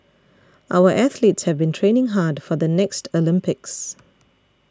our athletes have been training hard for the next Olympics